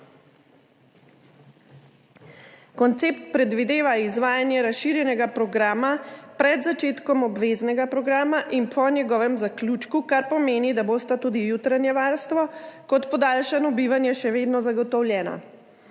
Koncept predvideva izvajanje razširjenega programa pred začetkom obveznega programa in po njegovem zaključku, kar pomeni, da bosta tudi jutranje varstvo kot podaljšano bivanje še vedno zagotovljena.